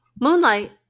Moonlight